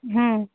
हं